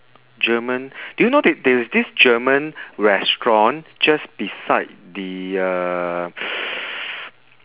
german do you know that there is this german restaurant just beside the uh